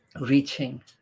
reaching